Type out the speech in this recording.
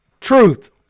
truth